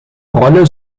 rolle